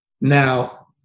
Now